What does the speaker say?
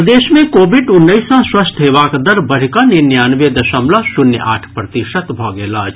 प्रदेश मे कोविड उन्नैस सँ स्वस्थ हेबाक दर बढ़ि कऽ निन्यानवे दशमलव शून्य आठ प्रतिशत भऽ गेल अछि